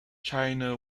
china